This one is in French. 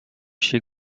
chez